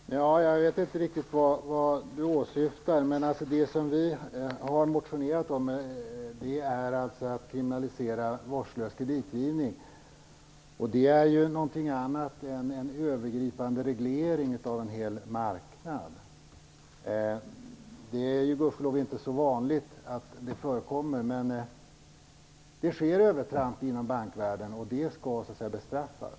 Herr talman! Jag vet inte riktigt vad Lars Bäckström åsyftar. Vi har motionerat om en kriminalisering av vårdslös kreditgivning, och det är något annat än en övergripande reglering av en hel marknad. Det är gudskelov inte så vanligt förekommande, men det sker övertramp inom bankvärlden, och det skall bestraffas.